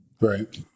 Right